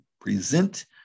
present